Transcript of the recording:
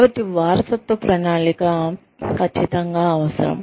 కాబట్టి వారసత్వ ప్రణాళిక ఖచ్చితంగా అవసరం